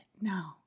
no